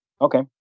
Okay